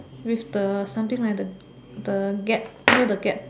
with the something like the gap near the gap